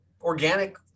organic